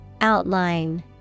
Outline